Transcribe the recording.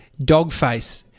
Dogface